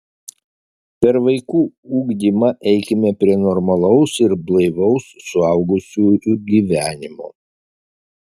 per vaikų ugdymą eikime prie normalaus ir blaivaus suaugusiųjų gyvenimo